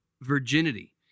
virginity